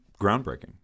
groundbreaking